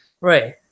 Right